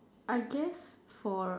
I guess for